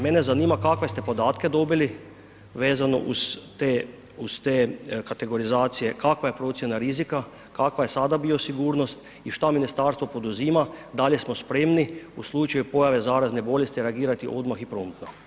Mene zanima kakve ste podatke dobili vezano uz te kategorizacije, kakva je procjena rizika, kakva je sada bio sigurnost i šta ministarstvo poduzima, da li smo spremni u slučaju pojave zarazne bolesti reagirati odmah i promptno?